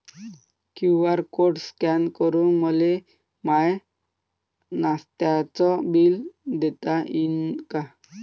QR code scan करून मले माय नास्त्याच बिल देता येईन का?